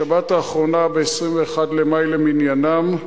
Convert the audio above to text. בשבת האחרונה, ב-21 במאי למניינם,